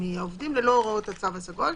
מהעובדים ללא הוראות התו הסגול,